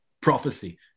prophecy